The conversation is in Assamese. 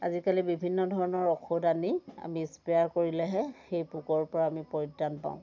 আজিকালি বিভিন্ন ধৰনৰ ঔষধ আনি আমি স্প্ৰে'য়াৰ কৰিলেহে সেই পোকৰ পৰা আমি পৰিত্ৰাণ পাওঁ